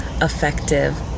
effective